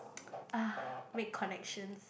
ah make connections